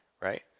right